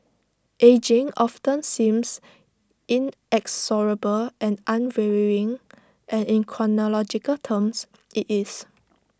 ageing often seems inexorable and unvarying and in chronological terms IT is